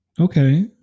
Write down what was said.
Okay